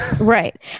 Right